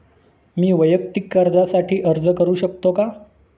मी वैयक्तिक कर्जासाठी अर्ज करू शकतो का?